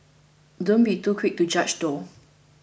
don't be too quick to judge though